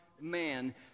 Man